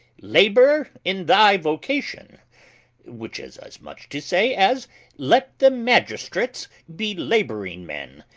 labour in thy vocation which is as much to say, as let the magistrates be labouring men,